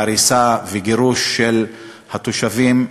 בהריסה ובגירוש של התושבים,